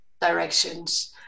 directions